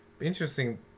interesting